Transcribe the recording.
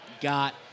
got